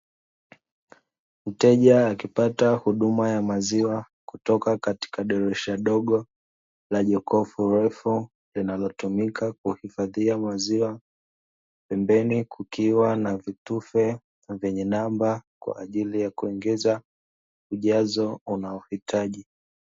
Mteja akipata huduma ya maziwa kutoka katika dirisha dogo la jokofu refu linalotumika kuhifadhia maziwa, pembeni kukiwa na vitufe vyenye namba kwa ajili ya kuongeza ujazo unaohitaji.